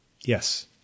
Yes